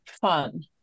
fun